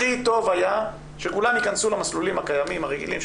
הכי טוב היה שכולן ייכנסו למסלולים הקיימים הרגילים,